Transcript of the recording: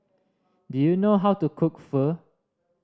do you know how to cook Pho